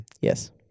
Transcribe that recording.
Yes